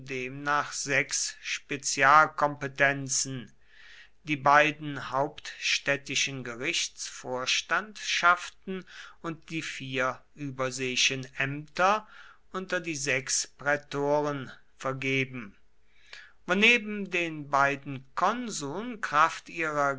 demnach sechs spezialkompetenzen die beiden hauptstädtischen gerichtsvorstandschaften und die vier überseeischen ämter unter die sechs prätoren vergeben woneben den beiden konsuln kraft ihrer